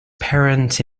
parents